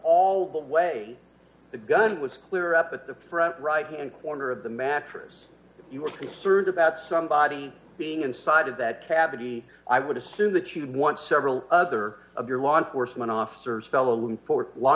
all the way the gun was clear up at the front right hand corner of the mattress you were concerned about somebody being inside of that cavity i would assume that you would want several other of your law enforcement officers fellow looking for law